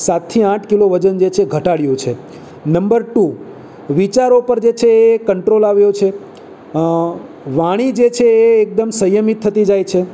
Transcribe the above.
સાતથી આઠ કિલો વજન જે છે ઘટાડ્યું છે નંબર ટુ વિચારો પર જે છે એ કંટ્રોલ આવ્યો છે વાણી જે છે એ એકદમ સંયમિત થતી જાય છે